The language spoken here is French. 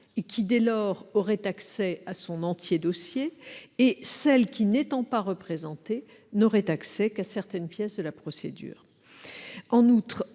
et qui, dès lors, aurait accès à son entier dossier, et celle qui, n'étant pas représentée, n'aurait accès qu'à certaines pièces de la procédure. En outre,